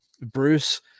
bruce